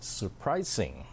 surprising